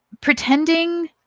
pretending